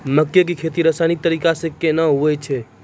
मक्के की खेती रसायनिक तरीका से कहना हुआ छ?